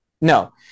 No